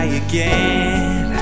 again